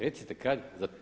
Recite kad?